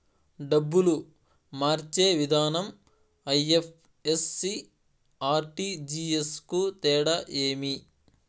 డబ్బులు మార్చే విధానం ఐ.ఎఫ్.ఎస్.సి, ఆర్.టి.జి.ఎస్ కు తేడా ఏమి?